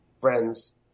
friends